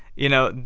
you know,